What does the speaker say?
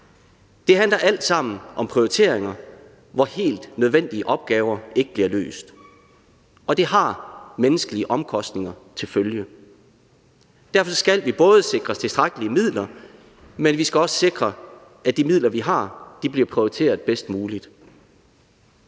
Det handler alt sammen om prioriteringer, hvor helt nødvendige opgaver ikke bliver løst. Og det har menneskelige omkostninger til følge. Derfor skal vi både sikre tilstrækkelige midler, men vi skal også sikre, at de midler, vi har, bliver prioriteret bedst muligt.